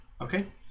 Okay